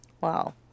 Wow